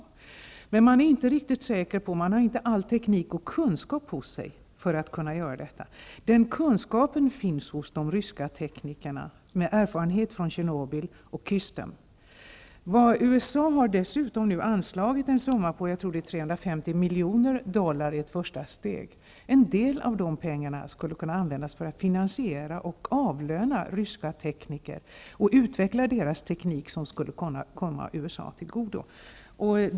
Men all teknik och kunskap finns inte för detta. Den kunskapen finns hos de ryska teknikerna med erfarenhet från Tjernobyl och Kystym. USA har nu anslagit en summa på, tror jag, 350 miljoner dollar i ett första steg. En del av pengarna skulle kunna användas för att finansiera och avlöna ryska tekniker och utveckla den teknik som skulle kunna komma också USA till godo.